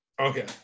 Okay